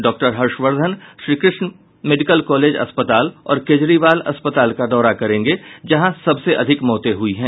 doctor Harshvardhan Shrikrishna medical college अस्पताल और केजरीवाल अस्पताल का दौरा करेंगे जहां सबसे अधिक मौतें हुई हैं